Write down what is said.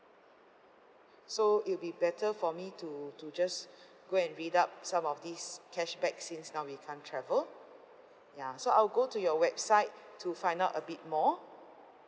so it'll be better for me to to just go and read up some of these cashback since now we can't travel ya so I'll go to your website to find out a bit more